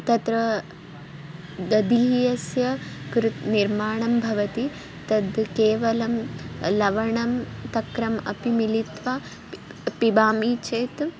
तत्र दधिः अस्य कृत् निर्माणं भवति तद् केवलम् लवणं तक्रम् अपि मिलित्वा पि पिबामि चेत्